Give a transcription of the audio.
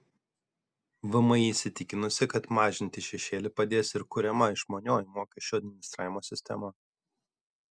vmi įsitikinusi kad mažinti šešėlį padės ir kuriama išmanioji mokesčių administravimo sistema